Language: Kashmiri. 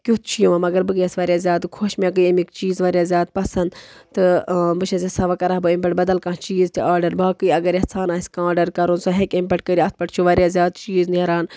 کیُتھ چھِ یِوان مگر بہٕ گٔیَس واریاہ زیاد خۄش مے گٔے أمِکۍ چیٖز واریاہ زیاد پَسنٛد تہٕ بہٕ چھَس یَژھَان وٕ کَرٕہہ بہٕ أمۍ پٮ۪ٹھ بدل کانٛہہ چیٖز تہِ آرڈَر باقٕے اَگر یژھان آسہِ کانٛہہ آرڈَر کَرُن سُہ ہیٚکہِ اَمہِ پٮ۪ٹھ کٔرِتھ اَتھ پٮ۪ٹھ چھِ واریاہ زیادٕ چیٖز نیران